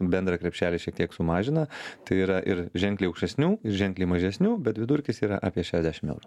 bendrą krepšelį šiek tiek sumažina tai yra ir ženkliai aukštesnių ir ženkliai mažesnių bet vidurkis yra apie šešiasdešim eurų